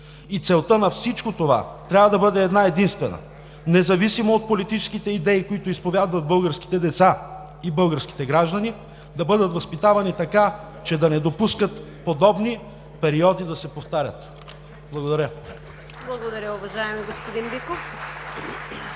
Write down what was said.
И целта на всичко това трябва да бъде една-единствена – независимо от политическите идеи, които изповядват, българските деца и българските граждани да бъдат възпитавани така, че да не допускат подобни периоди да се повтарят. Благодаря. (Частични ръкопляскания от